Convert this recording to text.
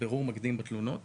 בירור מקדים בתלונות